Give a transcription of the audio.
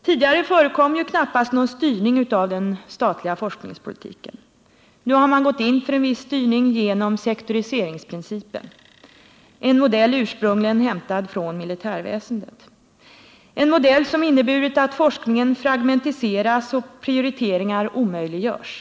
Tidigare förekom över huvud taget knappast någon styrning av den statliga forskningspolitiken — nu har man gått in för en viss styrning genom sektoriseringsprincipen, en modell ursprungligen hämtad från militärväsendet. En modell som inneburit att forskningen fragmentiseras och prioriteringar omöjliggörs.